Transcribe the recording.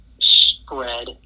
spread